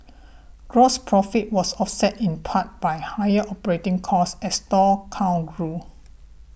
gross profit was offset in part by higher operating costs as store count grew